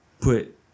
put